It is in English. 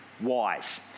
wise